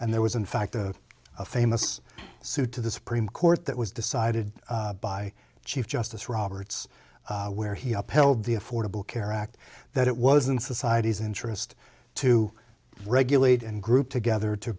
and there was in fact a famous suit to the supreme court that was decided by chief justice roberts where he upheld the affordable care act that it wasn't society's interest to regulate and group together to